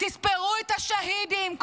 תספרו את השהידים,